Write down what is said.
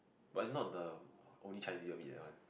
but it's not the only Chinese you will be that one